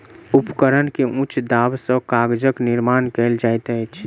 उपकरण के उच्च दाब सॅ कागजक निर्माण कयल जाइत अछि